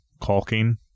caulking